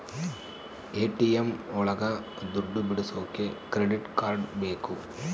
ATM ಒಳಗ ದುಡ್ಡು ಬಿಡಿಸೋಕೆ ಕ್ರೆಡಿಟ್ ಕಾರ್ಡ್ ಬೇಕು